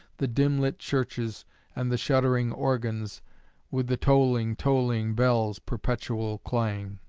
the dim-lit churches and the shuddering organs with the tolling, tolling bells' perpetual clang.